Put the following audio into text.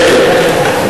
כן כן.